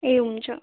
ए हुन्छ